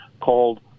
called